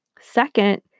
Second